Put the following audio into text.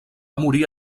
morir